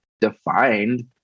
defined